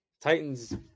Titans –